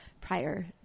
prior